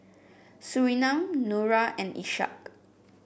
Surinam Nura and Ishak